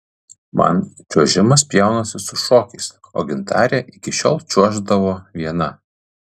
man čiuožimas pjaunasi su šokiais o gintarė iki šiol čiuoždavo viena